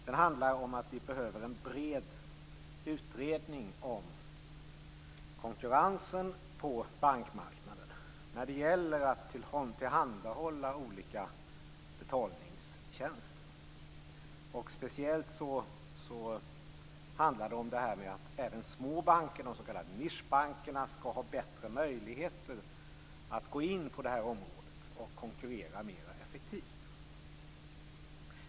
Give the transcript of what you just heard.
Den handlar om att vi behöver en bred utredning om konkurrensen på bankmarknaden när det gäller att tillhandahålla olika betalningstjänster. Det handlar speciellt om att även de små bankerna, de s.k. nischbankerna, skall ha bättre möjligheter att gå in på det här området och konkurrera mer effektivt.